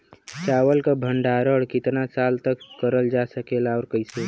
चावल क भण्डारण कितना साल तक करल जा सकेला और कइसे?